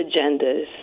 agendas